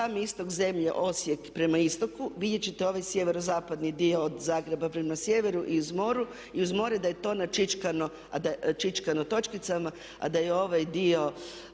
sami istok zemlje Osijek prema istoku vidjet ćete ovaj sjeverozapadni dio od Zagreba prema sjeveru i uz more da je to načičkano točkicama, a da je ovaj dio